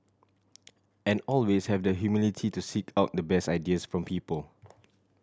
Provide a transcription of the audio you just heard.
and always have the humility to seek out the best ideas from people